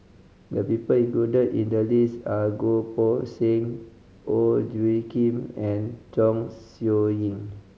the people included in the list are Goh Poh Seng Ong Tjoe Kim and Chong Siew Ying